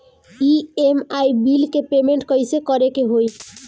EMI bill के payment कइसे करे के होई?